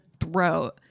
throat